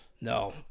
No